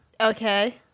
okay